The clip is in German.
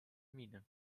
miene